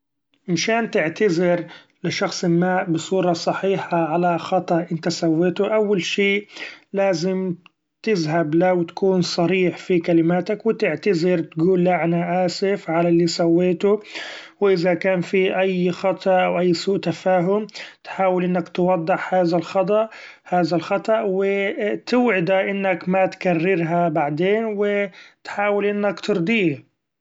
مشان تعتذر لشخص ما بصورة صحيحة علي خطأ أنت سويتو أول شي لازم تذهب له و تكون صريح في كلماتك ، و تعتذر تقول له أنا آسف علي اللي سويته ، و إذا كان في اي خطأ أو اي سوء تفاهم تحاول إنك توضح هذا الخطأ-هذا الخطأ و توعده إنك ما تكررها بعدين ، و تحاول إنك ترضيه.